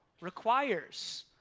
requires